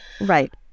Right